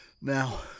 Now